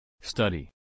Study